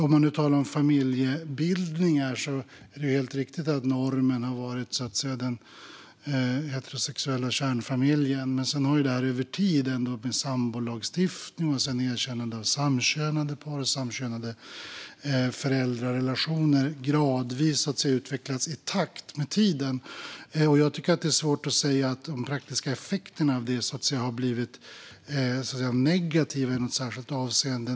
Om man nu talar om familjebildningar är det helt riktigt att normen har varit den heterosexuella kärnfamiljen. Men sedan har den över tid med sambolagstiftning, erkännande av samkönade par och samkönade föräldrarelationer gradvis utvecklats i takt med tiden. Jag tycker att det är svårt att säga att de praktiska effekterna av det har blivit negativa i något särskilt avseende.